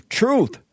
truth